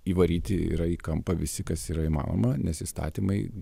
įvaryti yra į kampą visi kas yra įmanoma nes įstatymai